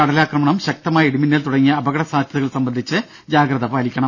കടലാക്രമണം ശക്തമായ ഇടിമിന്നൽ തുടങ്ങിയ അപകട സാധ്യതകൾ സംബന്ധിച്ച് ജാഗ്രത പാലിക്കണം